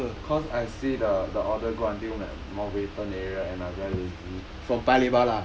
cause I see the the order go until ma~ mountbatten area and I very lazy